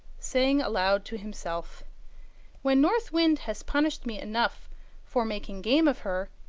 saying aloud to himself when north wind has punished me enough for making game of her,